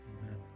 Amen